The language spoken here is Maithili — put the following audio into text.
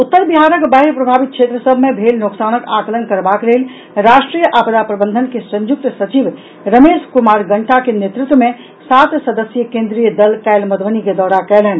उत्तर बिहारक बाढ़ि प्रभावित क्षेत्र सभ मे भेल नोकसानक आकलन करबाक लेल राष्ट्रीय आपदा प्रबंधन के संयुक्त सचिव रमेश कुमार गंटा के नेतृत्व मे सात सदस्यीय केंद्रीय दल काल्हि मधुबनी के दौरा कयलनि